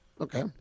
Okay